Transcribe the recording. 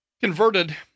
converted